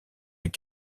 est